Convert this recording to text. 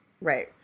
Right